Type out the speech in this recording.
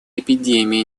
эпидемия